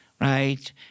right